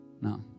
No